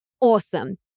awesome